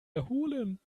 erholen